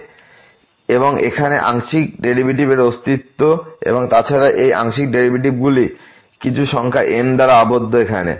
সুতরাং এখানে আংশিক ডেরিভেটিভের অস্তিত্ব এবং তাছাড়া এই আংশিক ডেরিভেটিভ গুলি কিছু সংখ্যা M দ্বারা আবদ্ধ এখানে